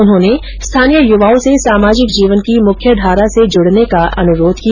उन्होंने स्थानीय युवाओं से सामाजिक जीवन की मुख्यधारा से जुड़ने का अनुरोध किया